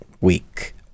week